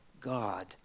God